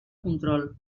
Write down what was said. control